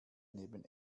neben